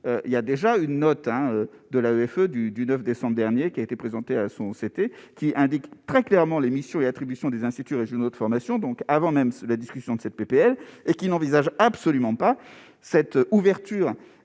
il y a déjà une note hein de la greffe du du 9 décembre dernier qui a été présenté à son c'était qui indique très clairement les missions et attributions des instituts régionaux de formation donc avant même la discussion de cette PPL et qui n'envisage absolument pas cette ouverture